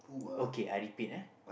okay I repeat eh